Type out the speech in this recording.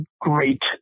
great